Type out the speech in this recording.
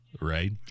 right